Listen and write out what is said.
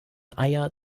eier